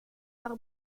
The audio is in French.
par